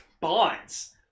bonds